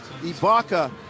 Ibaka